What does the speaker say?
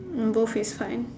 both is fine